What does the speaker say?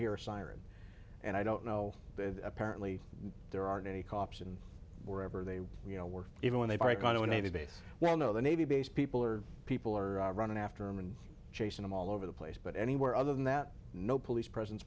hear a siren and i don't know apparently there aren't any cops in wherever they are you know work even when they buy a condo in a base well know the navy base people or people are running after him and chasing him all over the place but anywhere other than that no police presence